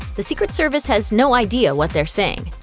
the secret service has no idea what they're saying.